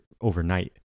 overnight